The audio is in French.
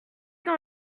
dans